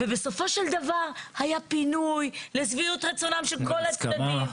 ובסופו של דבר היה פינוי לשביעות רצונם של כל הצדדים.